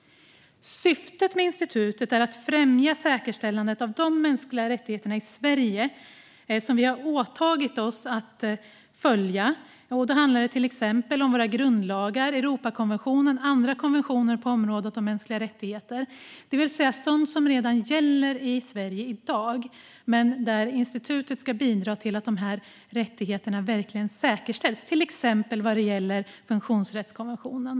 Syftet med institutet är att främja säkerställandet av de mänskliga rättigheterna i Sverige, som vi har åtagit oss att följa. Det handlar till exempel om våra grundlagar, Europakonventionen och andra konventioner på området mänskliga rättigheter. Det är sådant som redan gäller i Sverige i dag, men institutet ska bidra till att rättigheterna verkligen säkerställs. Det gäller exempelvis funktionsrättskonventionen.